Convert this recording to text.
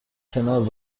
کنار